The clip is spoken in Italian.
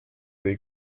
dei